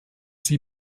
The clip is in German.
sie